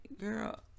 girl